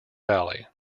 valley